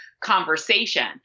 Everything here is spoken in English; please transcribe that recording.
conversation